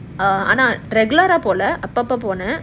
err ஆனா:aanaa regular ah போல அப்போதான் போனேன்:pola appothaan ponaen